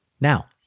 Now